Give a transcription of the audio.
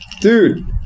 Dude